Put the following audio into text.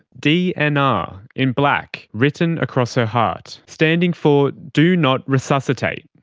d n r, in black, written across her heart, standing for do not resuscitate.